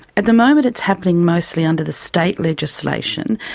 at the moment it's happening mostly under the state legislation,